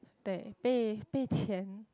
被被被钱